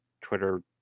Twitter